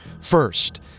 First